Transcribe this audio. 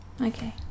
Okay